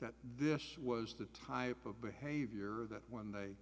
that this was the type of behavior that when they